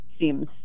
seems